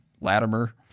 Latimer